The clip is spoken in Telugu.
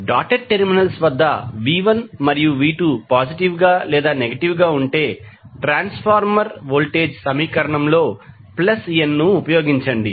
డాటెడ్ టెర్మినల్స్ వద్ద V1 మరియు V2 పాజిటివ్ గా లేదా నెగటివ్ గా ఉంటే ట్రాన్స్ఫార్మర్ వోల్టేజ్ సమీకరణంలో n ను ఉపయోగించండి